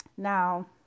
Now